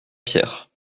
pierre